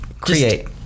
Create